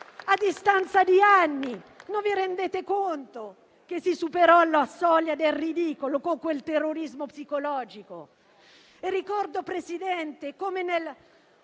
A distanza di anni, non vi rendete conto che si superò la soglia del ridicolo con quel terrorismo psicologico?